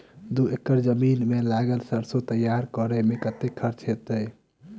दू एकड़ जमीन मे लागल सैरसो तैयार करै मे कतेक खर्च हेतै?